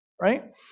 right